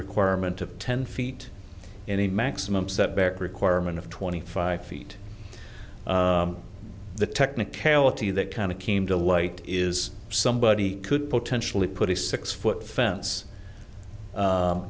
requirement of ten feet and a maximum setback requirement of twenty five feet the technicality that kind of came to light is somebody could potentially put a six foot fence